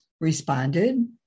responded